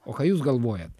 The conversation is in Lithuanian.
o ką jūs galvojat